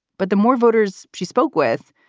but the more voters she spoke with,